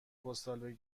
پستال